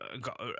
got